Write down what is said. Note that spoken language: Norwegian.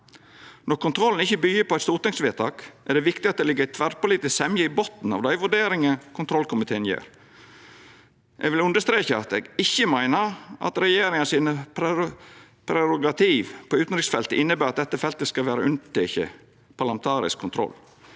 Når kontrollen ikkje byggjer på eit stortingsvedtak, er det viktig at det ligg ei tverrpolitisk semje i botnen av dei vurderingane kontrollkomiteen gjer. Eg vil understreka at eg ikkje meiner at regjeringa sine prerogativ på utanriksfeltet inneber at dette feltet skal vera unnateke parlamentarisk kontroll.